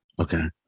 Okay